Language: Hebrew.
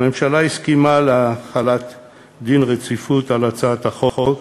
הממשלה הסכימה להחלת דין רציפות על הצעת החוק,